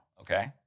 Okay